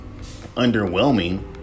underwhelming